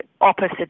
opposite